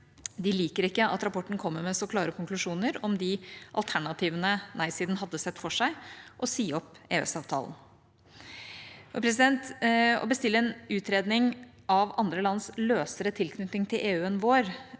De liker ikke at rapporten kommer med så klare konklusjoner om det alternativet nei-siden hadde sett for seg: å si opp EØS-avtalen. Å bestille en utredning av andre lands løsere tilknytning til EU enn vår